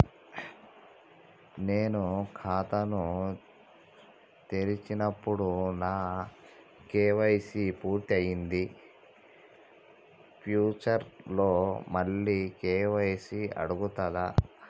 నేను ఖాతాను తెరిచినప్పుడు నా కే.వై.సీ పూర్తి అయ్యింది ఫ్యూచర్ లో మళ్ళీ కే.వై.సీ అడుగుతదా?